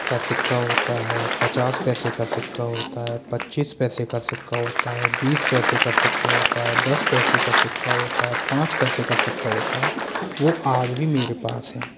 का सिक्का होता है पचास पैसे का सिक्का होता है पच्चीस पैसे का सिक्का होता है बीस पैसे का सिक्का होता है दस पैसे का सिक्का होता है पाँच पैसे का सिक्का होता है वो आज भी मेरे पास हैं